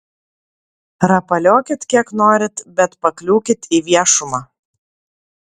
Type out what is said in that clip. rapaliokit kiek norit bet pakliūkit į viešumą